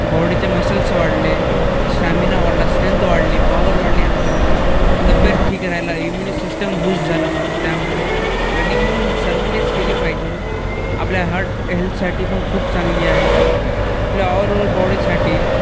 बॉडीचे मसल्स वाढले स्टॅमिना वाढला स्ट्रेंथ वाढली पाॉवर वाढली अंगामधली तब्येत ठीक राहियला इम्युन सिस्टम बूसट झालं माझं त्यामुळे रनिंग सर्वांनीच केली पाहिजे आपल्या हार्ट हेल्थसाठी पण खूप चांगली आहे आपल्या ऑरओवर बॉडीसाठी